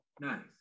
nice